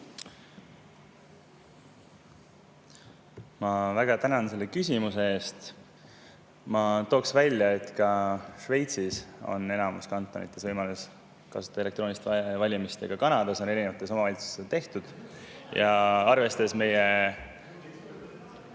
Ma väga tänan selle küsimuse eest. Ma tooks välja, et ka Šveitsis on enamikus kantonites võimalus kasutada elektroonilist valimist ja ka Kanadas on erinevates omavalitsustes see võimalus. Arvestades meie